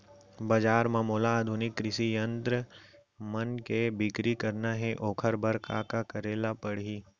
बजार म मोला आधुनिक कृषि यंत्र मन के बिक्री करना हे ओखर बर का करे ल पड़ही?